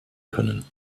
können